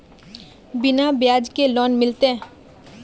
बिना ब्याज के लोन मिलते?